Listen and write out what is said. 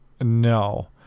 No